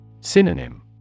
Synonym